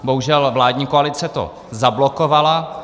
Bohužel to vládní koalice zablokovala.